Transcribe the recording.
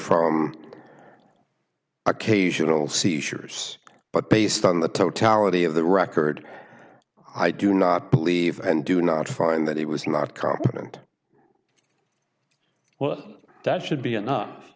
from occasional seizures but based on the totality of the record i do not believe and do not find that he was not competent well that should be